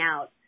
out